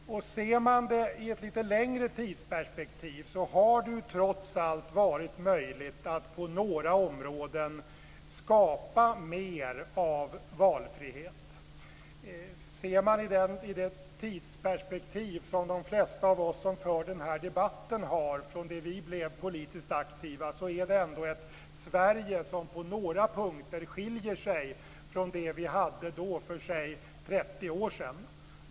Sett i ett längre tidsperspektiv har det trots allt varit möjligt att på några områden skapa mer av valfrihet. I det tidsperspektiv som de flesta av oss som för den här debatten har från det att vi blev politiskt aktiva är det ändå ett Sverige som på några punkter skiljer sig från det som vi hade t.ex. för 30 år sedan.